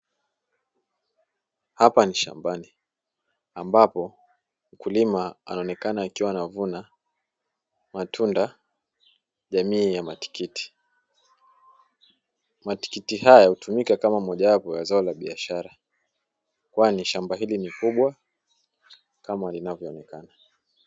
Hapa ni shambani, ambapo mkulima anaonekana akiwa anavuna matunda jamii ya matikiti. Matikiti haya hutumika kama mojawapo ya zao la biashara, kwani shamba hili ni kubwa kama linavyoonekana.